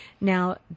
Now